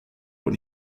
when